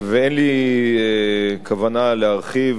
ואין לי כוונה להרחיב,